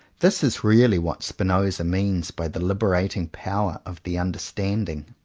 this is really what spinoza means by the liberating power of the understanding.